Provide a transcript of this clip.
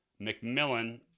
McMillan